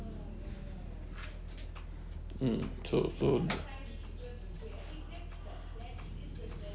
mm so so